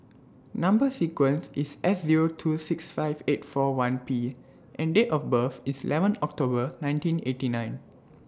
Number sequence IS S Zero two six five eight four one P and Date of birth IS eleven October nineteen eighty nine